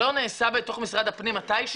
מה שאתה אומר עכשיו לא נעשה בתוך משרד הפנים מתישהו?